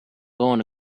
going